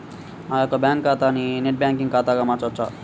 నా యొక్క బ్యాంకు ఖాతాని నెట్ బ్యాంకింగ్ ఖాతాగా మార్చవచ్చా?